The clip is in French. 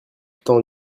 temps